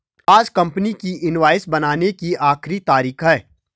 आज कंपनी की इनवॉइस बनाने की आखिरी तारीख है